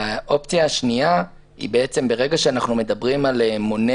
האופציה השנייה היא שברגע שאנחנו מדברים על מונה